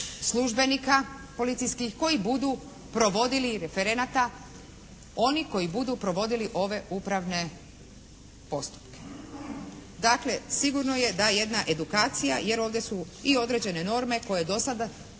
službenika policijskih koji budu provodili, referenata, onih koji budu provodili ove upravne postupke. Dakle sigurno je da jedna edukacija jer ovdje su i određene norme koje do sada